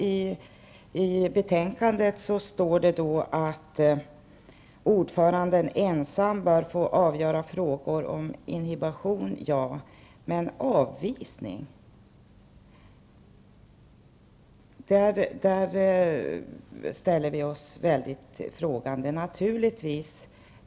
I betänkandet står det att ''ordföranden ensam bör få avgöra frågor om inhibition''. Ja visst, men i fråga om avvisningar ställer vi oss mycket frågande.